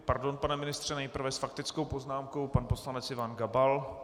Pardon, pane ministře, nejprve s faktickou poznámkou pan poslanec Ivan Gabal.